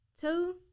Two